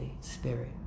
spirit